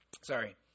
Sorry